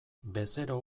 bezero